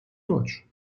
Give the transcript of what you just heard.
deutsch